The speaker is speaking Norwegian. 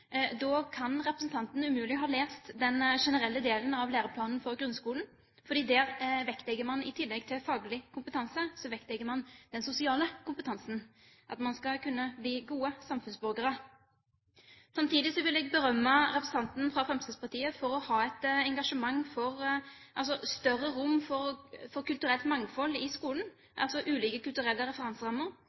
Da kan representanten umulig ha lest den generelle delen av læreplanen for grunnskolen, der man i tillegg til faglig kompetanse vektlegger den sosiale kompetansen, det at man skal kunne bli gode samfunnsborgere. Samtidig vil jeg berømme representanten fra Fremskrittspartiet for å ha et engasjement for, et større rom for kulturelt mangfold i skolen, altså ulike kulturelle referanserammer.